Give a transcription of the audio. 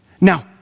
Now